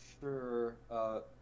sure